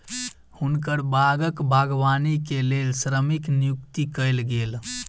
हुनकर बागक बागवानी के लेल श्रमिक नियुक्त कयल गेल